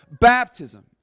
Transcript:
baptism